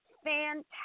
fantastic